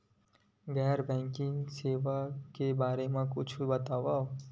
गैर बैंकिंग सेवा के बारे म कुछु बतावव?